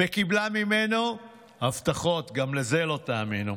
וקיבלה ממנו הבטחות, גם לזה לא תאמינו.